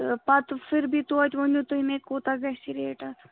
پتہٕ پھر بھی تویتہِ ؤنِو تُہۍ مےٚ کوٗتاہ گَژھِ ریٹ اَتھ